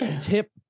tip